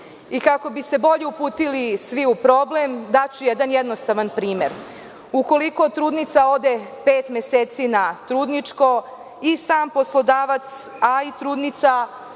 Kako bi se bolje uputili svi u problem, daću jedan jednostavan primer. Ukoliko trudnica ode pet meseci na trudničko i sam poslodavac, a i trudnica